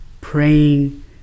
praying